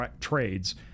trades